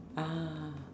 ah